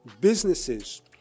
businesses